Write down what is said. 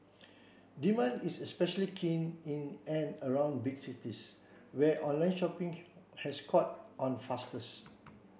demand is especially keen in and around big cities where online shopping has caught on fastest